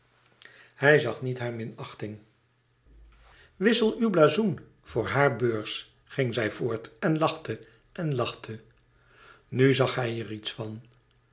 hij zag niet hare minachting wissel uw blazoen voor haar beurs ging zij voort en lachte en lachte nu zag hij er iets van